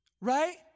Right